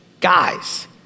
guys